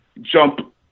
jump